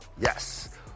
Yes